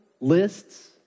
lists